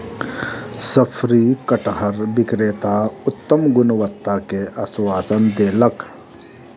शफरी कटहर विक्रेता उत्तम गुणवत्ता के आश्वासन देलक